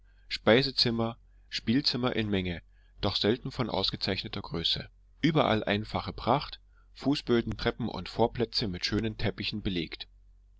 speisezimmer spielzimmer in menge doch selten von ausgezeichneter größe überall einfache pracht fußböden treppen und vorplätze mit schönen teppichen belegt